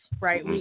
right